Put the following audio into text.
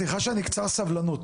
סליחה שאני קצר סבלנות.